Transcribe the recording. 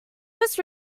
first